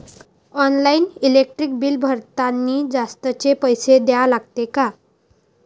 Online electric bill भरतानी जास्तचे पैसे द्या लागते का?